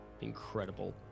incredible